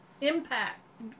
impact